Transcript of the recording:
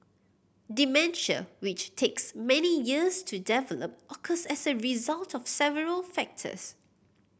dementia which takes many years to develop occurs as a result of several factors